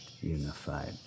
unified